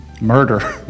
murder